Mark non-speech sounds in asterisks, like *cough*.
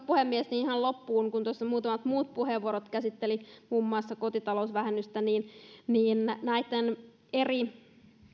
*unintelligible* puhemies ihan lopuksi kun tuossa muutamat muut puheenvuorot käsittelivät muun muassa kotitalousvähennystä niin niin näitten eri